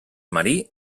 marí